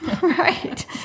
right